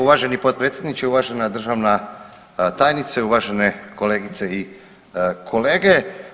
Uvaženi potpredsjedniče, uvažena državna tajnice, uvažene kolegice i kolege.